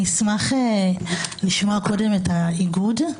אני אשמח לשמוע קודם את האיגוד.